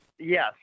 Yes